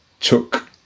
took